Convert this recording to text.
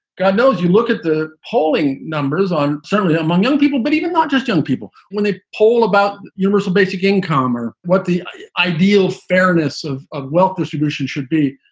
god knows, you look at the polling numbers on certainly among young people, but even not just young people when they poll about universal basic income or what the ideal fairness of of wealth distribution should be,